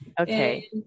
okay